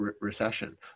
recession